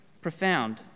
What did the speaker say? profound